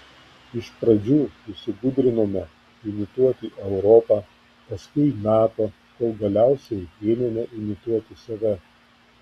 iš pradžių įsigudrinome imituoti europą paskui nato kol galiausiai ėmėme imituoti save